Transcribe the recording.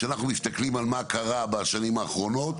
כשאנחנו מסתכלים על מה קרה בשנים האחרונות,